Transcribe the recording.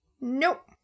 Nope